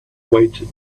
waited